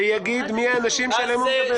שיגיד מי הם האנשים שעליהם הוא מדבר.